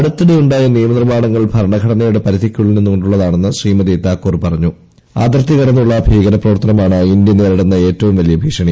അടുത്തിടെയുണ്ടായ നിയമനിർമ്മാണ്ങ്ങൾ ഭരണഘടനയുടെ പരിധിക്കുള്ളിൽ നിന്നുക്കൊണ്ടുളളതാണെന്ന് ശ്രീമതി താ്ക്കൂർ പറഞ്ഞു അതിർത്തി കടന്നുള്ള ഭീകരപ്രവർത്തനമാണ് ഇന്ത്യ ന്ദേരിടുന്ന ഏറ്റവും വലിയ ഭീഷണി